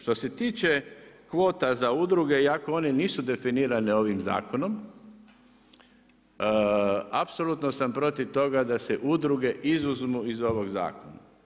Što se tiče kvota za udrugu i ako one nisu definirane ovim zakonom, apsolutno sam protiv toga, da se udruge izuzmu iz ovog zakona.